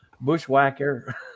bushwhacker